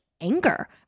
anger